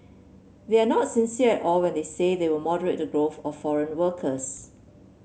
they are not sincere all when they say they will moderate the growth of foreign workers